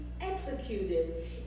executed